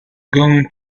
going